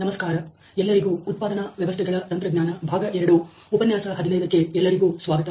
ನಮಸ್ಕಾರಎಲ್ಲರಿಗೂ ಉತ್ಪಾದನಾ ವ್ಯವಸ್ಥೆಗಳ ತಂತ್ರಜ್ಞಾನ ಭಾಗ ಎರಡು ಉಪನ್ಯಾಸ ಹದಿನೈದಕ್ಕೆ ಎಲ್ಲರಿಗೂ ಸ್ವಾಗತ